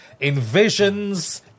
envisions